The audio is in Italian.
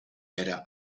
era